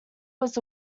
was